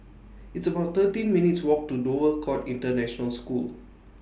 It's about thirteen minutes' Walk to Dover Court International School